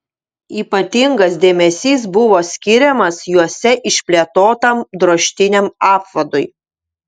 ypatingas dėmesys buvo skiriamas juose išplėtotam drožtiniam apvadui